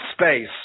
space